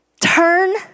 turn